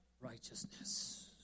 righteousness